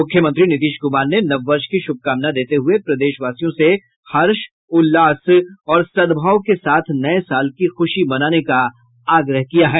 मुख्यमंत्री नीतीश कुमार ने नव वर्ष की शुभकामना देते हुये प्रदेशवासियों से हर्ष उल्लास और सद्भाव के साथ नये साल की खुशी मनाने का आग्रह किया है